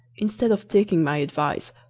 instead of taking my advice,